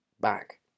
back